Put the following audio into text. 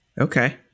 Okay